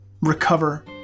recover